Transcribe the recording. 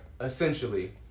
Essentially